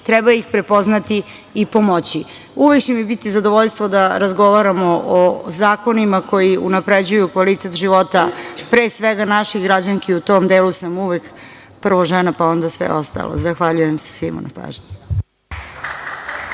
treba ih prepoznati i pomoći. Uvek će mi biti zadovoljstvo da razgovaramo o zakonima, koji unapređuju kvalitet života, pre svega naših građanki u tom delu sam, uvek prvo žena pa sve ostalo. Zahvaljujem se svima na pažnji.